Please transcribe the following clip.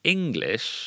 English